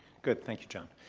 good. thank you, john.